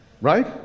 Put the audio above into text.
Right